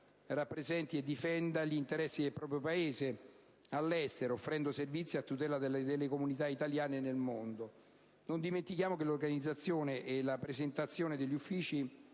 rappresenti e difenda gli interessi del proprio Paese all'estero offrendo servizi a tutela delle comunità italiane nel mondo. Non dimentichiamo che l'organizzazione e la presentazione degli uffici